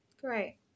great